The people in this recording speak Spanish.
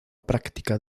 práctica